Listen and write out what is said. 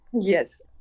yes